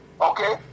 Okay